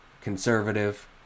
conservative